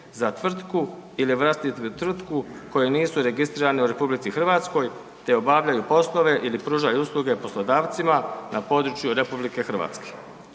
za tvrtku ili vlastitu tvrtku koji nisu registrirani u RH te obavljaju poslove ili pružaju usluge poslodavcima na području RH. Ova